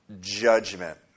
judgment